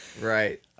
Right